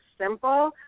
simple